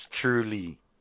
truly